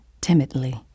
timidly